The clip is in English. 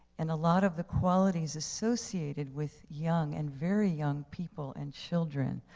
and a lot of the qualities associated with young and very young people and children,